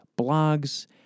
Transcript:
blogs